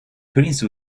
prince